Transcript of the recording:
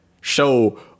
show